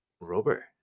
rubber